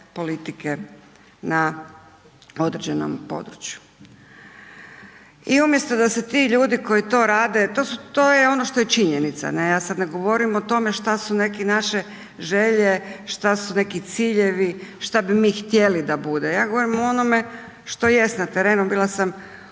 politike na određenom području. I umjesto da se ti ljudi koji to rade, to je ono što je činjenica, ja sad ne govorim o tome šta su neki naše želje, šta su neki ciljevi, šta bi mi htjeli da bude, ja govorim o onome što jest na terenu, bila sam u